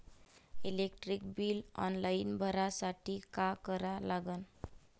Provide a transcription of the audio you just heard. Electric bill online भरासाठी का करा लागन?